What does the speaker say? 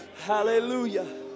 hallelujah